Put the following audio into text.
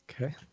Okay